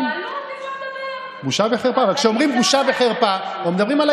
ואנחנו היינו בבחירות ישירות עם ראש הממשלה נתניהו.